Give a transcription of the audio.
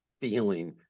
feeling